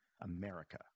America